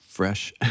fresh